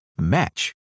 Match